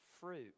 fruit